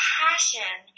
passion